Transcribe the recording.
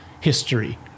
history